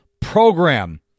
program